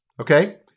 okay